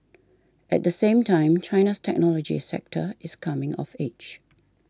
at the same time China's technology sector is coming of age